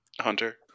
Hunter